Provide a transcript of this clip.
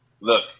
look